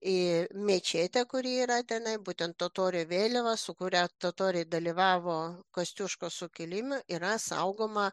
į mečetę kuri yra tenai būtent totorių vėliava su kuria totoriai dalyvavo kosciuškos sukilime yra saugoma